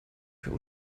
für